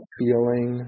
feeling